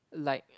like